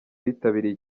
bitabiriye